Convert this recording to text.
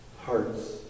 hearts